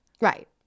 Right